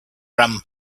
rum